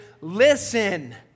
listen